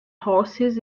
horses